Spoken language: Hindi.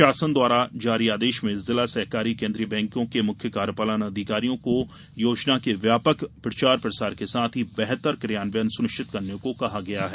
शासन द्वारा जारी आदेश में जिला सहकारी केन्द्रीय बैंकों के मुख्य कार्यपालन अधिकारियों को योजना के व्यापक प्रचार प्रसार के साथ ही बेहतर क्रियान्वयन सुनिश्चित करने को कहा गया है